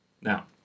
Now